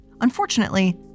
Unfortunately